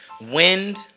wind